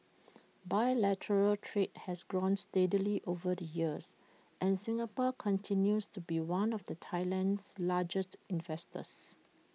bilateral trade has grown steadily over the years and Singapore continues to be one of the Thailand's largest investors